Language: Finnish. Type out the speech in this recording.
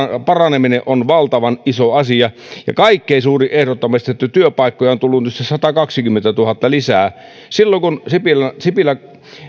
paraneminen on valtavan iso asia ja kaikkein suurin ehdottomasti että työpaikkoja on tullut nyt se satakaksikymmentätuhatta lisää silloin kun sipilän sipilän